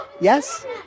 Yes